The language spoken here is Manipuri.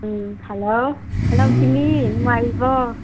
ꯎꯝ ꯍꯜꯂꯣ ꯍꯜꯂꯣ ꯆꯤꯅꯤ ꯅꯨꯡꯉꯥꯏꯔꯤꯕꯣ